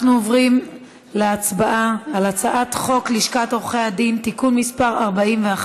אנחנו עוברים להצבעה על הצעת חוק לשכת עורכי הדין (תיקון מס' 41)